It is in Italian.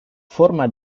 forma